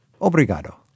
Obrigado